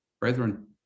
brethren